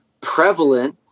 prevalent